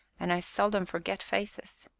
and i seldom forget faces.